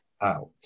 out